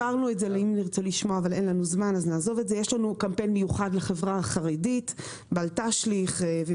קמפיין מיוחד לחברה החרדית, בל תשליך.